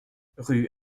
rue